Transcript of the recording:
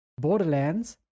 Borderlands